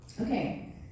Okay